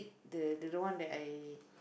the the one that I